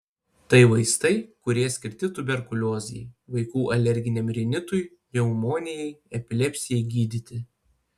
tai vaistai kurie skirti tuberkuliozei vaikų alerginiam rinitui pneumonijai epilepsijai gydyti